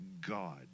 God